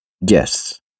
Yes